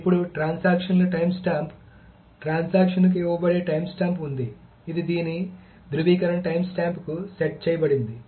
ఇప్పుడు ట్రాన్సాక్షన్ ల టైమ్స్టాంప్ కాబట్టి ట్రాన్సాక్షన్ కి ఇవ్వబడే టైమ్స్టాంప్ ఉంది ఇది దీని ధ్రువీకరణ టైమ్స్టాంప్కు సెట్ చేయబడింది